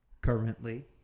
Currently